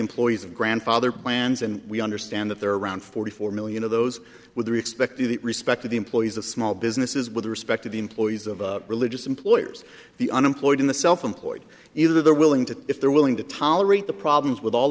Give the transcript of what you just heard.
employees of grandfather plans and we understand that there are around forty four million of those with the expected the respect of the employees of small businesses with the respect of the employees of religious employers the unemployed in the self employed either they're willing to if they're willing to tolerate the problems with all